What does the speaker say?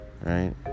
right